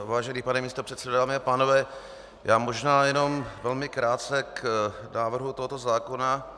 Vážený pane místopředsedo, dámy a pánové, já možná jenom velmi krátce k návrhu tohoto zákona.